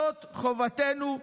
זאת חובתנו לעשות.